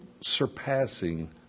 surpassing